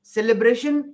Celebration